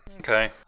Okay